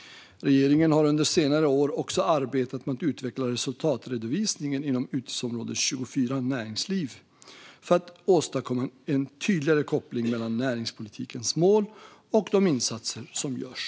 Regeringen har under senare år också arbetat med att utveckla resultatredovisningen inom utgiftsområde 24 Näringsliv för att åstadkomma en tydligare koppling mellan näringspolitikens mål och de insatser som görs.